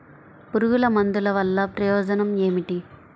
పురుగుల మందుల వల్ల ప్రయోజనం ఏమిటీ?